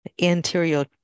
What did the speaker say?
anterior